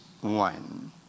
one